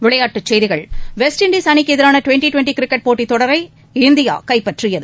விளையாட்டுச் செய்திகள் West Indies அணிக்கு எதிரான ட்வென்டி ட்வென்டி கிரிக்கெட் போட்டித் தொடரை இந்தியா கைப்பற்றியுள்ளது